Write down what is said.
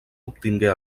obtingué